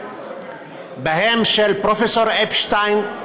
ובהם של פרופ' אפשטיין,